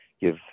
give